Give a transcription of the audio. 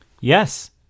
Yes